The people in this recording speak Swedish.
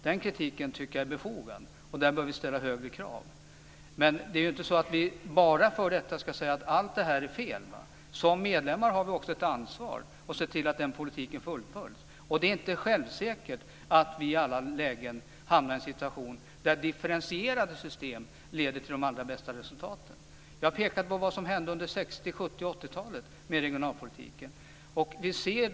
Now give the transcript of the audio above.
Den kritiken tycker jag är befogad och där bör vi ställa högre krav. Därmed ska vi dock inte säga att allt det här är fel. Som medlemmar har vi också ett ansvar för att se till att politiken fullföljs. Det är inte säkert att vi i alla lägen hamnar i en situation där differentierade system ger de allra bästa resultaten. Jag pekade på vad som hände under 60-, 70 och 80-talen med regionalpolitiken.